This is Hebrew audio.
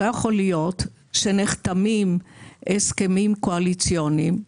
לא יכול להיות שנחתמים הסכמים קואליציוניים,